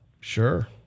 Sure